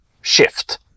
shift